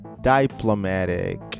diplomatic